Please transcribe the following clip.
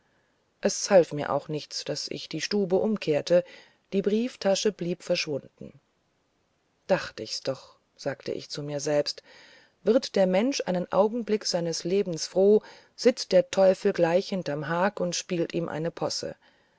es half mir auch nichts daß ich die stube umkehrte die brieftasche blieb verschwunden dacht ich's doch sagte ich zu mir selbst wird der mensch einen augenblick seines lebens froh sitzt der teufel gleich hinterm hag und spielt ihm einen possen